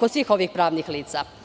kod svih ovih pravnih lica.